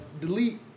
Delete